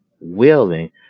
willing